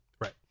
Right